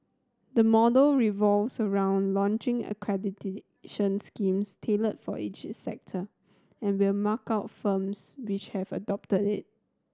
the model revolves around launching accreditation schemes tailored for each sector and will mark out firms which have adopted it